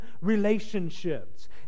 relationships